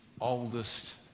oldest